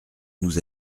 nous